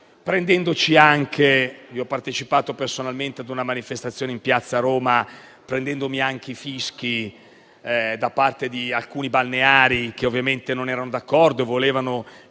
ho partecipato a una manifestazione in piazza a Roma prendendomi anche i fischi da parte di alcuni balneari che ovviamente non erano d'accordo, perché volevano